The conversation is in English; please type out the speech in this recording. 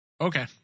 Okay